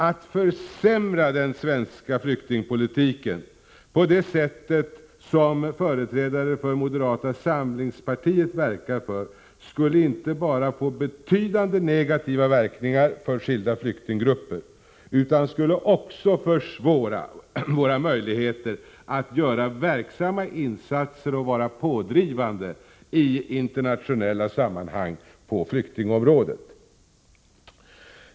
Att försämra den svenska flyktingpolitiken på det sätt som företrädare för moderata samlingspartiet verkar för skulle inte bara få betydande negativa verkningar för skilda flyktinggrupper utan det skulle också försvåra och påverka våra möjligheter att göra verksamma insatser och vara pådrivande i internationella sammanhang på flyktingområdet.